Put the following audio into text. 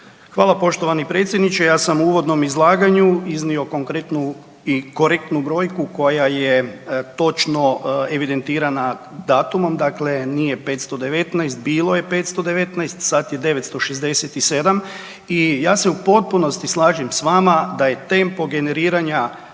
Hvala poštovani predsjedniče, ja sam u uvodnom izlaganju iznio konkretnu i korektnu brojku koja je točno evidentirana datumom, dakle nije 519, bilo je 519, sad je 967 i ja se potpunosti slažem s vama da je tempo generiranja